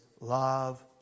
love